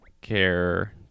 care